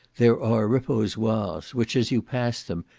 there are reposoires, which, as you pass them,